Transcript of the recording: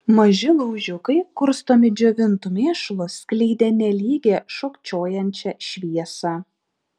maži laužiukai kurstomi džiovintu mėšlu skleidė nelygią šokčiojančią šviesą